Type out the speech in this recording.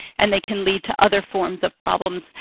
and they can lead to other forms of problems,